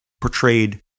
portrayed